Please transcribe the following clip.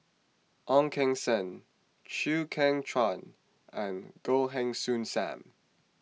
Ong Keng Sen Chew Kheng Chuan and Goh Heng Soon Sam